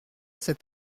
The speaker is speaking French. cet